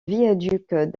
viaduc